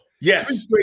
Yes